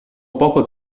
poco